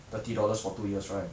thirty dollars for two years right